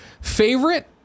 Favorite